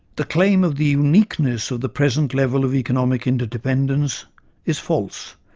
the claim of the uniqueness of the present level of economic interdependence is false,